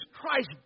Christ